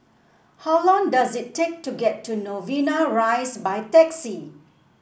how long does it take to get to Novena Rise by taxi